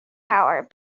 power